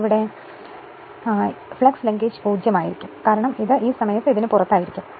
അതിനാൽ ഈ സ്ഥാനം മുകളിൽ വരും ആ സമയത്ത് ഫ്ലക്സ് ലിങ്കേജ് 0 ആയിരിക്കും കാരണം ഇത് ഇപ്പോൾ ആ സമയത്ത് ഇതിന് പുറത്തായിരിക്കും